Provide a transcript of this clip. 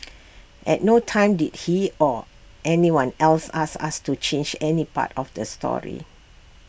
at no time did he or anyone else ask us to change any part of the story